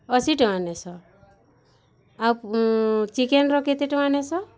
ଅଶୀ ଟଙ୍କା ନେଇସ ଆଉ ଚିକେନ୍ର କେତେ ଟଙ୍କା ନେଇସ